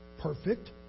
perfect